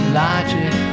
logic